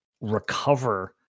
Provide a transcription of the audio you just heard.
recover